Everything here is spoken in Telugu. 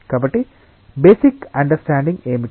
కాబట్టి బేసిక్ అండర్స్టాండింగ్ ఏమిటి